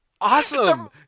Awesome